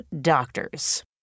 doctors